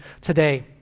today